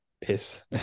piss